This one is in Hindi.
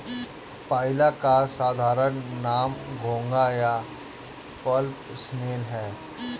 पाइला का साधारण नाम घोंघा या एप्पल स्नेल है